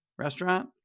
restaurant